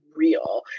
real